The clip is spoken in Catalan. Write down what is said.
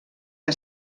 que